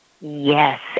Yes